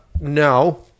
no